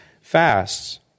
fasts